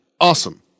awesome